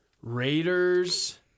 Raiders